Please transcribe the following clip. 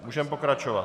Můžeme pokračovat.